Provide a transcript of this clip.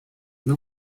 não